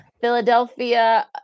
Philadelphia